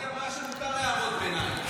טלי אמרה שמותר הערות ביניים.